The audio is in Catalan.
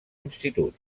institut